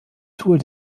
tour